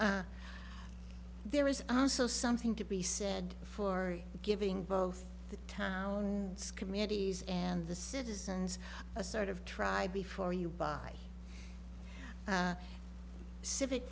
there is also something to be said for giving both the town it's communities and the citizens a sort of try before you buy civic